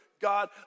God